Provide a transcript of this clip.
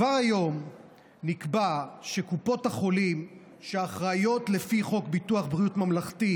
כבר היום נקבע שקופות החולים אחראיות לפי חוק ביטוח בריאות ממלכתי,